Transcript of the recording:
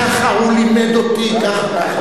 ככה הוא לימד אותי.